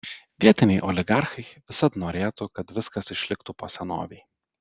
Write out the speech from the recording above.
vietiniai oligarchai visad norėtų kad viskas išliktų po senovei